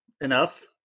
enough